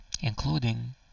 Including